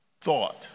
thought